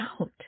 out